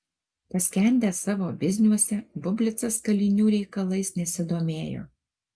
paskendęs savo bizniuose bublicas kalinių reikalais nesidomėjo